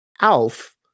Alf